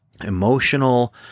emotional